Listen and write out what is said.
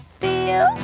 feel